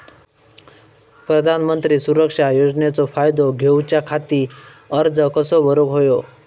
प्रधानमंत्री सुरक्षा योजनेचो फायदो घेऊच्या खाती अर्ज कसो भरुक होयो?